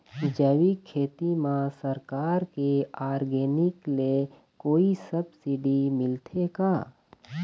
जैविक खेती म सरकार के ऑर्गेनिक ले कोई सब्सिडी मिलथे का?